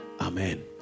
amen